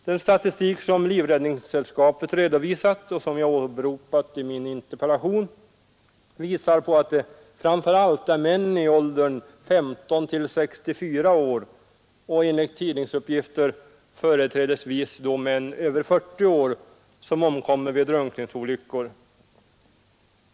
Den statistik som Svenska livräddningssällskapet redovisat och som jag åberopat i min interpellation visar på att det framför allt är män i åldern 15—64 år och enligt tidningsuppgifter företrädesvis då män över 40 år som omkommer vid drunkningsolyckor.